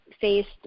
faced